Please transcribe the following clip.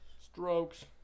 strokes